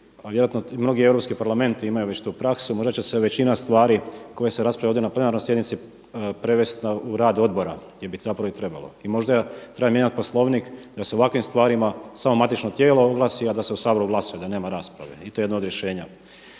a vjerojatno mnogi europski parlamenti imaju već tu praksu, možda će se većina stvari koje se raspravljaju ovdje na plenarnoj sjednici prevesti u rad odbora gdje bi zapravo i trebalo, i možda treba mijenjati Poslovnik da se o ovakvim stvarima samo matično tijelo oglasi a da se u Saboru glasuje, da nema rasprave i to je jedno od rješenja.